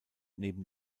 neben